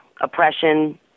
oppression